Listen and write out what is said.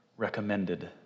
Recommended